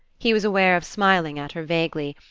he was aware of smiling at her vaguely,